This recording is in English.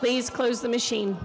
please close the machine